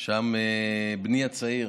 ששם בני הצעיר